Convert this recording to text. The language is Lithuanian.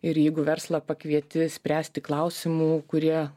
ir jeigu verslą pakvieti spręsti klausimų kurie